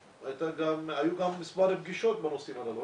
היו גם מספר פגישות בנושאים הללו,